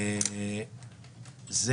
זה